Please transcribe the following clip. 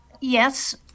Yes